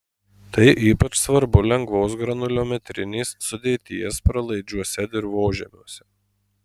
tai ypač svarbu lengvos granuliometrinės sudėties pralaidžiuose dirvožemiuose